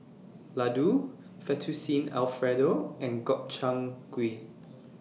Ladoo Fettuccine Alfredo and Gobchang Gui